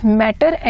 matter